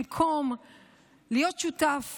במקום להיות שותף